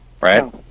right